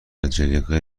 جلیقه